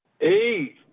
Hey